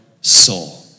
soul